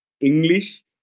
English